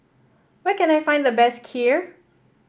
where can I find the best Kheer